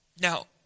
now